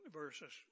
verses